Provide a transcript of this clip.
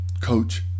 coach